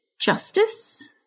Justice